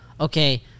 okay